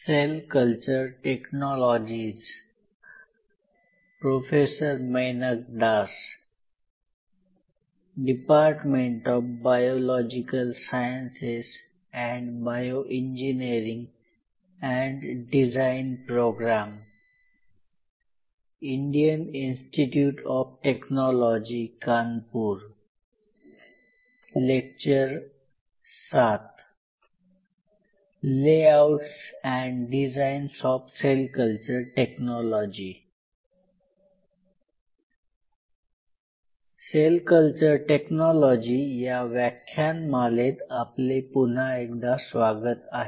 sale culture technology या व्याख्यानमालेत आपले पुन्हा एकदा स्वागत आहे